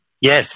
Yes